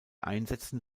einsätzen